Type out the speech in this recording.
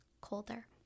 colder